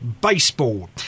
baseball